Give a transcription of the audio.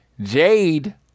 Jade